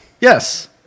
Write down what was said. Yes